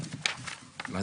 המאסדרת --- דנה,